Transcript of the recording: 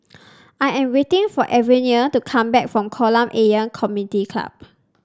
I am waiting for Averie to come back from Kolam Ayer Community Club